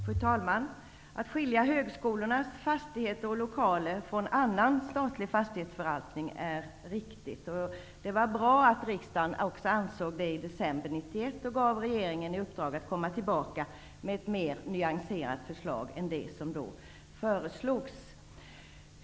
Fru talman! Att skilja högskolornas fastigheter och lokaler från annan statlig fastighetsförvaltning är riktigt, och det var bra att riksdagen ansåg det i december 1991 och gav regeringen i uppdrag att komma tillbaka med ett mer nyanserat förslag än det som de framlades.